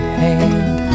hand